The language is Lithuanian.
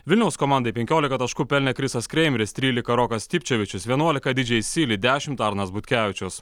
vilniaus komandai penkiolika taškų pelnė krisas kreimeris trylika rokas stipčevičius vienuolika didžei sili dešimt arnas butkevičius